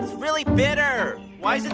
really bitter. why is it